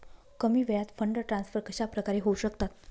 कमी वेळात fund transfer कशाप्रकारे होऊ शकतात?